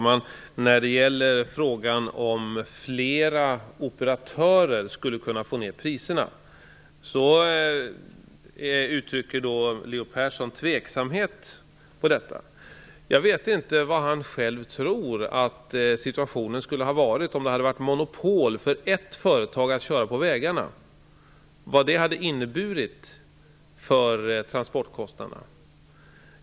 Herr talman! Leo Persson uttrycker tvivel på att ett större antal operatörer skulle kunna få ned priserna. Jag vet inte vad han själv tror om de effekter det skulle ha fått för transportkostnaderna, om ett företag hade haft monopol på att köra på vägarna.